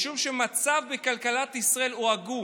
משום שהמצב בכלכלת ישראל הוא עגום.